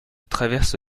traverse